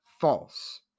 false